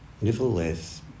nevertheless